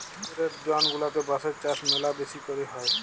temperate zone গুলাতে বাঁশের চাষ ম্যালা বেশি ক্যরে হ্যয়